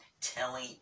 telling